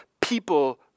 people